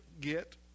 get